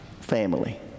family